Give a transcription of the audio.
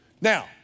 Now